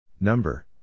Number